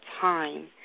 time